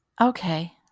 okay